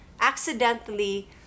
accidentally